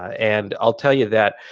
and i'll tell you that,